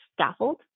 scaffold